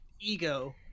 ego